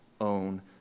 own